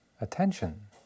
Attention